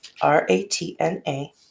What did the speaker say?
R-A-T-N-A